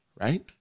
right